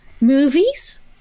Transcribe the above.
movies